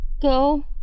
Go